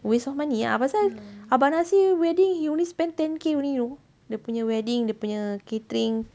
waste of money ah pasal abang nasir wedding he only spend ten K only you know dia punya wedding dia punya catering